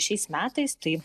šiais metais tai